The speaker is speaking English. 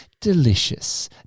delicious